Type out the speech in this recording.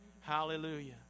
Hallelujah